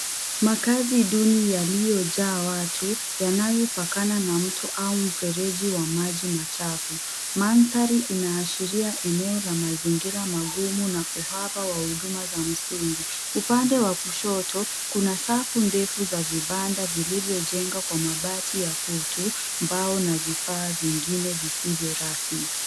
Makaazi duni yaliyojaa watu yanayopakana na mto au mfereji wa maji machafu. Manthari inaashiria eneo la mazingira magumu na uhaba wa huduma za msingi. Upande wa kushoto kuna safu ndefu za vibanda vilivyojengwa kwa mabati ya kutu, mbao na vifaa vingine visivyo rasmi.